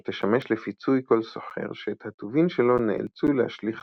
אשר תשמש לפיצוי כל סוחר שאת הטובין שלו נאלצו להשליך